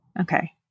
Okay